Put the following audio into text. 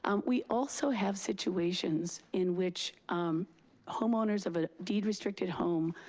um we also have situations in which homeowners of a deed restricted home